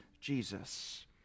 Jesus